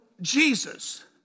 Jesus